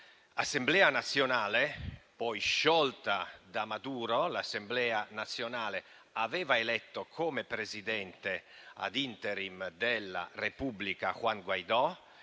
l'Assemblea nazionale, poi sciolta da Maduro, aveva eletto come presidente *ad interim* della Repubblica Juan Guaidó,